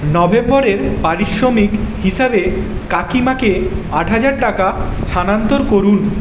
নভেম্বরের পারিশ্রমিক হিসেবে কাকিমাকে আট হাজার টাকা স্থানান্তর করুন